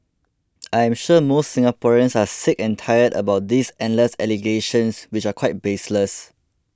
I am sure most Singaporeans are sick and tired about these endless allegations which are quite baseless